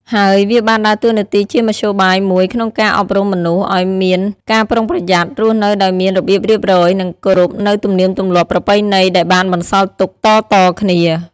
ហើយវាបានដើរតួនាទីជាមធ្យោបាយមួយក្នុងការអប់រំមនុស្សឲ្យមានការប្រុងប្រយ័ត្ន រស់នៅដោយមានរបៀបរៀបរយ និងគោរពនូវទំនៀមទម្លាប់ប្រពៃណីដែលបានបន្សល់ទុកតៗគ្នា ។